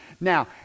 Now